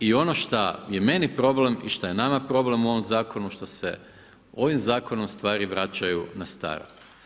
I ono šta je meni problem i šta je nama problem u ovom zakonu što se ovim zakonom stvari vraćaju na staro.